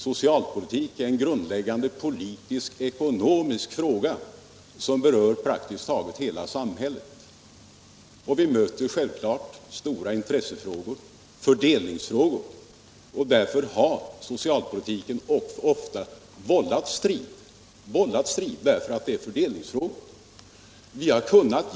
Socialpolitik är en grundläggande politisk och ekonomisk fråga som berör praktiskt taget hela samhället. Vi möter där självklart stora intressemotsättningar, och socialpolitiken har ofta vållat strid därför att den gäller fördelningsfrågor.